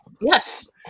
Yes